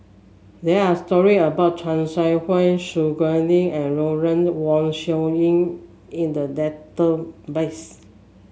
there are story about Chan Soh Ha Su Guaning and Lawrence Wong Shyun in the database